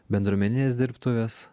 bendruomeninės dirbtuvės